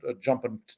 jumping